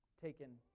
taken